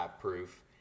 proof